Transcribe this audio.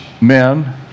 men